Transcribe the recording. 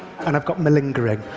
and i've got malingering.